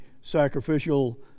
sacrificial